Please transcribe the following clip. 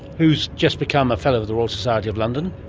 who has just become a fellow of the royal society of london.